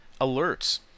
alerts